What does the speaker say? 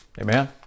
Amen